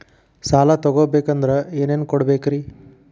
ಸಾಲ ತೊಗೋಬೇಕಂದ್ರ ಏನೇನ್ ಕೊಡಬೇಕ್ರಿ?